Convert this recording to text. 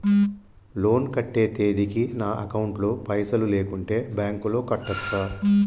Loan కట్టే తేదీకి నా అకౌంట్ లో పైసలు లేకుంటే బ్యాంకులో కట్టచ్చా?